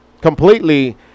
completely